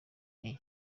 nti